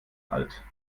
alt